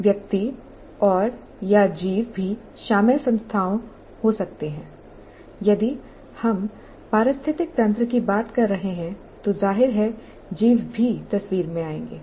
व्यक्ति औरया जीव भी शामिल संस्थाएं हो सकते हैं यदि हम पारिस्थितिक तंत्र की बात कर रहे हैं तो जाहिर है जीव भी तस्वीर में आएंगे